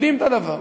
יודעים את הדבר.